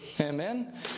Amen